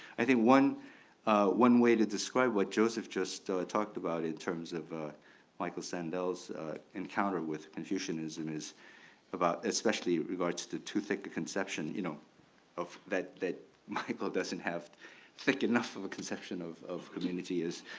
i think one one way to describe what joseph just talked about in terms of ah michael sandel's encounter with confucianism is about especially regards to too thick the conception you know of that that michael doesn't have thick enough of a conception of of community is,